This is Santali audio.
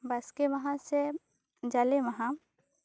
ᱵᱟᱥᱠᱮ ᱢᱟᱦᱟ ᱥᱮ ᱡᱟᱞᱮ ᱢᱟᱦᱟ